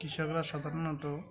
কৃষকরা সাধারণত